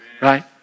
Right